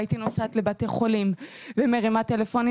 והייתי נוסעת לבתי חולים ומרימה טלפונים